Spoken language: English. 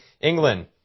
England